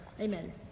amen